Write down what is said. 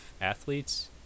athletes